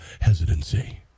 hesitancy